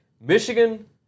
Michigan